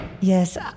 Yes